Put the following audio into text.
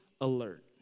alert